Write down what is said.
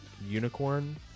unicorn